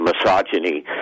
misogyny